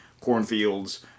cornfields